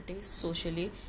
socially